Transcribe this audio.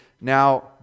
Now